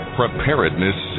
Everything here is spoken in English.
preparedness